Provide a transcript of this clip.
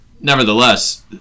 nevertheless